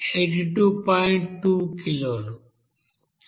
2 కిలోలు